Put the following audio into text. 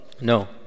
No